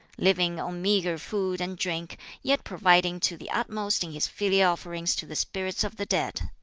living on meagre food and drink yet providing to the utmost in his filial offerings to the spirits of the dead!